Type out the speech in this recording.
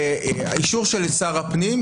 באישור של שר הפנים,